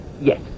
Yes